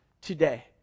today